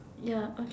ya